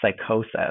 psychosis